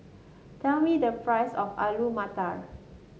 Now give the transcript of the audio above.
tell me the price of Alu Matar